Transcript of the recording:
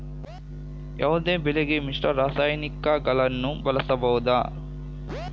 ಯಾವುದೇ ಬೆಳೆಗೆ ಮಿಶ್ರ ರಾಸಾಯನಿಕಗಳನ್ನು ಬಳಸಬಹುದಾ?